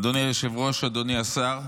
אדוני היושב-ראש, אדוני השר,